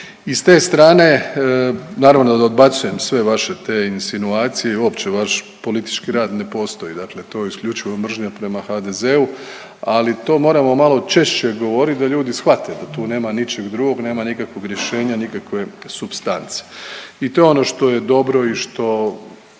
I s te strane naravno da odbacujem sve vaše te insinuacije i uopće vaš politički rad ne postoji, dakle to je isključivo mržnja prema HDZ-u ali to moramo malo češće govoriti da ljudi shvate da tu nema ničeg drugog, nema nikakvog rješenja, nikakve supstance. I to je ono što je dobro i što